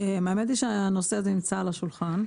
מה שקרה לאורך השנים,